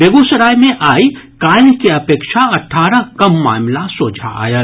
बेगूसराय मे आइ काल्हि के अपेक्षा अठारह कम मामिला सोझा आयल